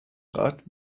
rat